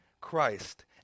Christ